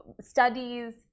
studies